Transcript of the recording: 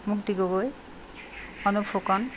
মুক্তি গগৈ অনুপ ফুকন